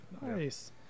nice